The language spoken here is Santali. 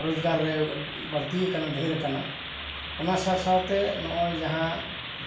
ᱨᱚᱡᱽᱜᱟᱨ ᱨᱮ ᱵᱟᱹᱲᱛᱤᱭ ᱟᱠᱟᱱᱟ ᱰᱷᱮᱨ ᱟᱠᱟᱱᱟ ᱚᱱᱟ ᱥᱟᱶ ᱥᱟᱶᱛᱮ ᱱᱚᱜ ᱚᱭ ᱡᱟᱦᱟᱸ